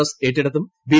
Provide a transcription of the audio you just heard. S എട്ടിടത്തും B